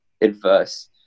adverse